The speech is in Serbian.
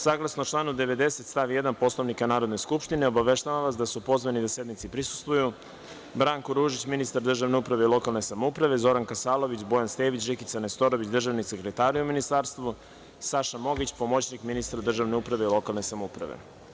Saglasno članu 90. stav 1. Poslovnika Narodne skupštine obaveštavam vas da su pozvani da sednici prisustvuju Branko Ružić, ministar državne uprave i lokalne samouprave, Zoran Kasalović, Bojan Stević, Žikica Nestorović, državni sekretari u Ministarstvu, Saša Mović, pomoćnik ministra državne uprave i lokalne samouprave.